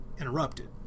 interrupted